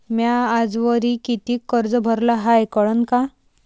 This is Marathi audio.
म्या आजवरी कितीक कर्ज भरलं हाय कळन का?